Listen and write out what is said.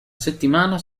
settimana